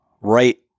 right